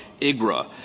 IGRA